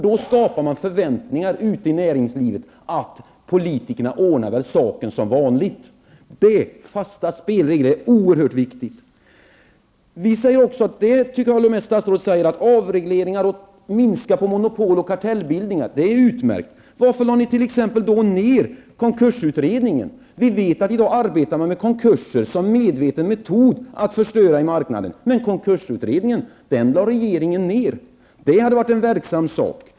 Då skapar man förväntningar ute i näringslivet på att politikerna väl ordnar saken som vanligt. Fasta spelregler är oerhört viktigt. Jag håller med statsrådet om att det är utmärkt med avregleringar och att man skall minska på monopol och kartellbildningar. Men varför lade ni t.ex. ned konkursutredningen? Vi vet att man i dag arbetar med konkurser som en medveten metod för att förstöra marknaden. Regeringen lade ned konkursutredningen, som hade kunnat vara verksam.